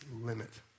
limit